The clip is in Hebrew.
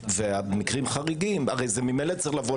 ובמקרים חריגים הרי זה ממילא צריך לבוא